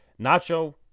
Nacho